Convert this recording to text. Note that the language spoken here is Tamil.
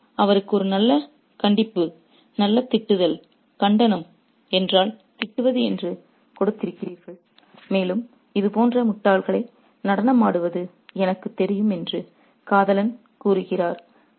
நீங்கள் அவருக்கு ஒரு நல்ல கண்டிப்பு நல்ல திட்டுதல் கண்டனம் என்றால் திட்டுவது என்று கொடுத்திருக்கிறீர்கள் மேலும் இதுபோன்ற முட்டாள்களை நடனமாடுவது எனக்குத் தெரியும் என்று காதலன் கூறுகிறார்